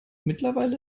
mittlerweile